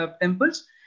temples